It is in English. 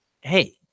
hey